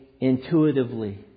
intuitively